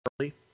early